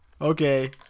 Okay